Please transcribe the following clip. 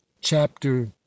Chapter